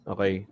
Okay